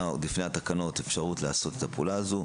עוד לפני התקנות אפשרות לעשות את הפעולה הזאת.